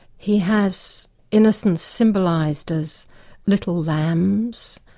he has innocence symbolised as little lambs,